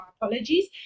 apologies